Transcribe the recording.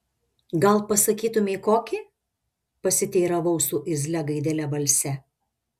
gal pasakytumei kokį pasiteiravau su irzlia gaidele balse